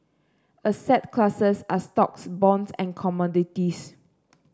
asset classes are stocks bonds and commodities